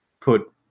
put